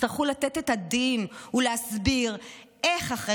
יצטרכו לתת את הדין ולהסביר איך אחרי